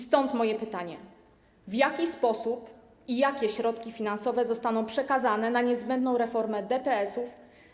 Stąd moje pytanie: W jaki sposób i jakie środki finansowe zostaną przekazane na niezbędną reformę DPS-ów?